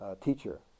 teacher